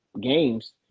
games